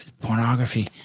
Pornography